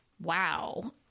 wow